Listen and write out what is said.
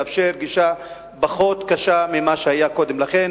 לאפשר גישה פחות קשה ממה שהיה קודם לכן.